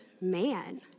man